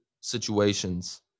situations